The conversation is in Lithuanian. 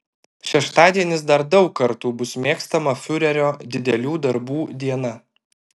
šeštadienis dar daug kartų bus mėgstama fiurerio didelių darbų diena